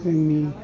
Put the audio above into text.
जोंनि